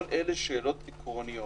כל אלה שאלות עקרוניות